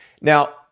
Now